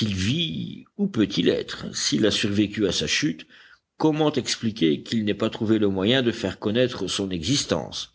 vit où peut-il être s'il a survécu à sa chute comment expliquer qu'il n'ait pas trouvé le moyen de faire connaître son existence